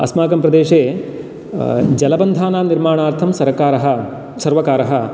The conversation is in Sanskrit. अस्माकं प्रदेशे जलबन्धानां निर्माणार्थं सर्कारः सर्वकारः